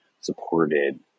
supported